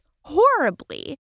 horribly